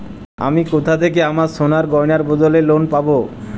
আমি কোথা থেকে আমার সোনার গয়নার বদলে লোন পাবো?